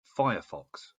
firefox